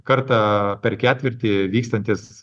kartą per ketvirtį vykstantis